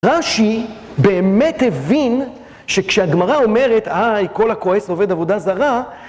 רש״י באמת הבין שכשהגמרה אומרת איי כל הכועס עובד עבודה זרה